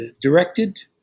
directed